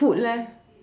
food leh